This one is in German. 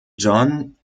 john